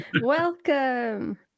Welcome